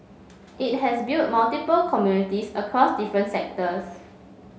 it has built multiple communities across different sectors